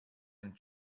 and